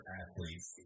athletes